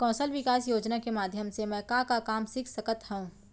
कौशल विकास योजना के माधयम से मैं का का काम सीख सकत हव?